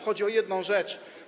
Chodzi o jedną rzecz.